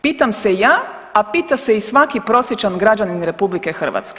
Pitam se ja, a pita se i svaki prosječni građanin RH.